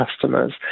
customers